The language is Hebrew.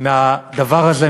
מהדבר הזה,